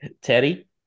Teddy